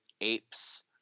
apes